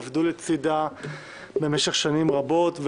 עבדו לצדה במשך שנים רבות,